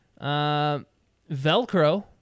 Velcro